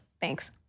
Thanks